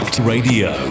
Radio